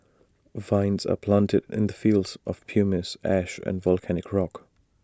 vines are planted in the fields of pumice ash and volcanic rock